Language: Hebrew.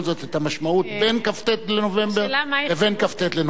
את המשמעות בין כ"ט בנובמבר לבין כ"ט בנובמבר.